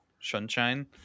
Sunshine